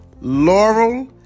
Laurel